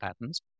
patterns